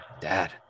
dad